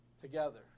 together